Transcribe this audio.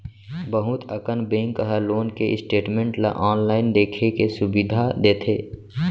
बहुत अकन बेंक ह लोन के स्टेटमेंट ल आनलाइन देखे के सुभीता देथे